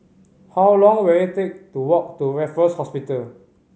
how long will it take to walk to Raffles Hospital